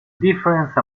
difference